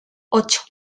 ocho